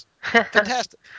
Fantastic